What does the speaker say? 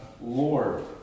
Lord